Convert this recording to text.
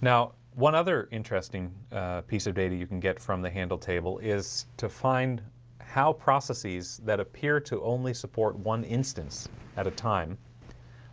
now one other interesting piece of data you can get from the handle table is to find how processes that appear to only support one instance at a time